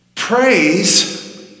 Praise